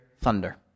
thunder